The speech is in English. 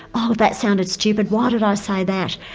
oh that sounded stupid, why did i say that?